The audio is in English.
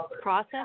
process